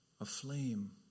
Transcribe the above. aflame